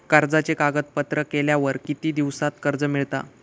कर्जाचे कागदपत्र केल्यावर किती दिवसात कर्ज मिळता?